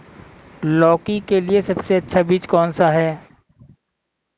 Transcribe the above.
लौकी के लिए सबसे अच्छा बीज कौन सा है?